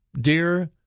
Dear